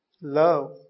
love